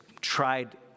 tried